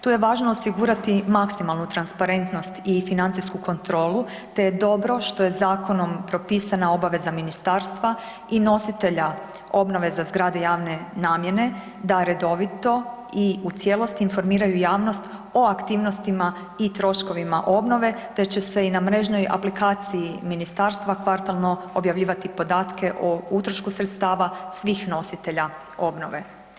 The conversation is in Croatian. Tu je važno osigurati maksimalnu transparentnost i financijsku kontrolu, te je dobro što je Zakonom propisana obaveza Ministarstva i nositelja obnove za zgrade javne namjene, da redovito i u cijelosti informiraju javnost o aktivnostima i troškovima obnove, te će se i na mrežnoj aplikaciji Ministarstva kvartalno objavljivati podatke o utrošku sredstava svih nositelja obnove.